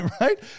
Right